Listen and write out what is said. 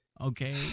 Okay